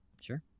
Sure